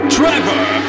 Trevor